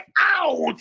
out